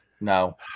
no